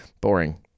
boring